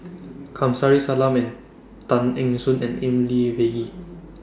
Kamsari Salam and Tan Eng Soon and in Lee Peh Gee